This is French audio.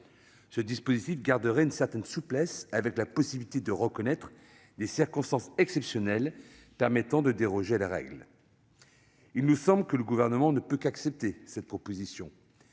permettrait de garder une certaine souplesse en laissant la possibilité de reconnaître des « circonstances exceptionnelles » et de déroger à la règle. Il nous semble que le Gouvernement ne peut qu'accepter cette proposition